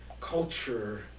culture